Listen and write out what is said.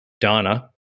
Donna